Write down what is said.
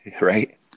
right